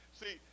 see